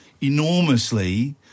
enormously